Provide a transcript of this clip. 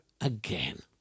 again